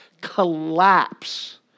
collapse